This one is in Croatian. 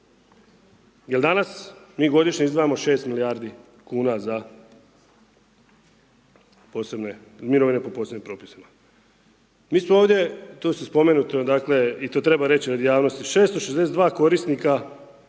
Jer danas mi godišnje izdvajamo 6 milijardi kuna za posebne, mirovine po posebnim propisima. Mi smo ovdje, tu je spomenuto, dakle i to treba reći radi javnosti, 662 korisnika